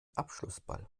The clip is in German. abschlussball